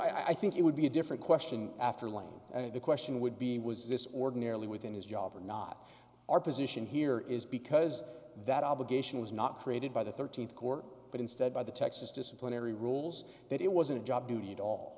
know i think it would be a different question after line the question would be was this ordinarily within his job or not our position here is because that obligation was not created by the thirteenth court but instead by the texas disciplinary rules that it wasn't a job duty at all